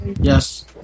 yes